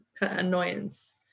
annoyance